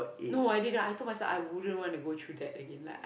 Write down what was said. no I didn't I told myself I wouldn't want to go through that again like I